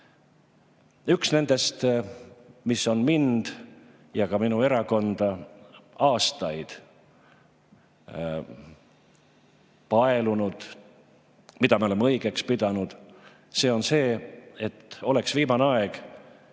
Üks nendest, mis on mind ja ka minu erakonda aastaid paelunud, mida me oleme õigeks pidanud, on see: oleks viimane aeg,